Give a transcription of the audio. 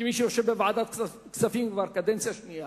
כמי שיושב בוועדת הכספים כבר קדנציה שנייה